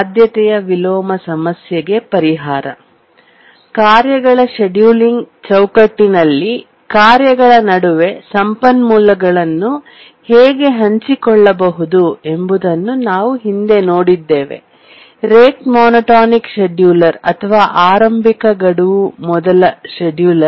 ಆದ್ಯತೆಯ ವಿಲೋಮ ಸಮಸ್ಯೆಗೆ ಪರಿಹಾರ ಕಾರ್ಯಗಳ ಷೆಡ್ಯೂಲಿಂಗ್ ಚೌಕಟ್ಟಿನಲ್ಲಿ ಕಾರ್ಯಗಳ ನಡುವೆ ಸಂಪನ್ಮೂಲಗಳನ್ನು ಹೇಗೆ ಹಂಚಿಕೊಳ್ಳಬಹುದು ಎಂಬುದನ್ನು ನಾವು ಹಿಂದೆ ನೋಡಿದ್ದೇವೆ ರೇಟ್ ಮೋನೋಟೋನಿಕ್ ಶೆಡ್ಯೂಲರ್ ಅಥವಾ ಆರಂಭಿಕ ಗಡುವು ಮೊದಲ ಶೆಡ್ಯೂಲರ್